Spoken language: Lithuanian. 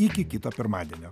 iki kito pirmadienio